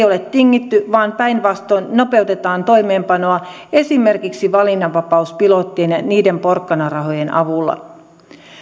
ole tingitty vaan päinvastoin nopeutetaan toimeenpanoa esimerkiksi valinnanvapauspilottien ja niiden porkkanarahojen avulla